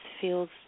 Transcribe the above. feels